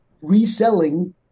reselling